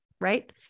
right